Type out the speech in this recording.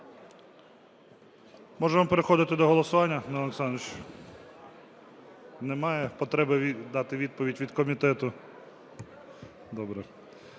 Можемо переходити до голосування, Данило Олександрович? Немає потреби дати відповідь від комітету? Добре.